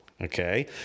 Okay